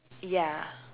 ya